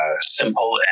simple